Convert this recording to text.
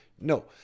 no